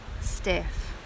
stiff